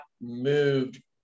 moved